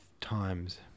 Times